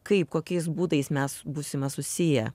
kaip kokiais būdais mes būsime susiję